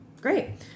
Great